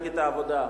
מפלגת העבודה,